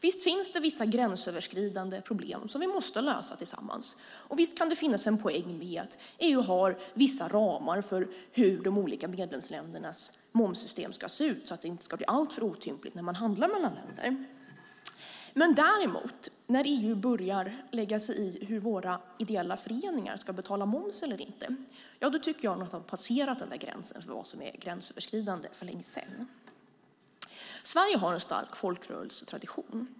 Visst finns det vissa gränsöverskridande problem som vi måste lösa tillsammans. Visst kan det finnas en poäng med att EU har ramar för hur de olika medlemsländernas momssystem ska se ut så att det inte blir alltför otympligt att handla mellan länder. När EU börjar lägga sig i om våra ideella föreningar ska betala moms eller inte, tycker jag att man har passerat gränsen för vad som är gränsöverskridande. Sverige har en stark folkrörelsetradition.